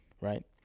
Right